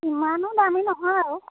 ইমানো দামী নহয় আৰু